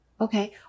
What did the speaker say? Okay